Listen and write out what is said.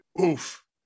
Oof